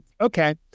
Okay